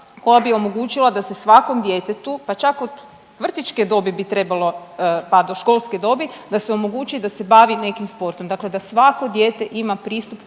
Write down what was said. koja bi omogućila da se svakom djetetu pa čak od vrtićke dobi bi trebalo pa do školske dobi da se omogući da se bavi nekim sportom. Dakle, da svako dijete ima pristup